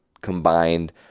combined